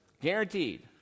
Guaranteed